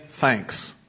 thanks